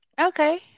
Okay